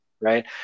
right